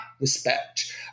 respect